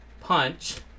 punch